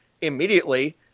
immediately